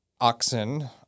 oxen